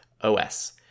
OS